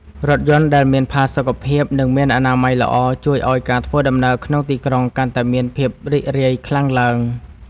រថយន្តដែលមានផាសុកភាព និងមានអនាម័យល្អជួយឱ្យការធ្វើដំណើរក្នុងទីក្រុងកាន់តែមានភាពរីករាយខ្លាំងឡើង។